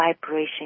vibration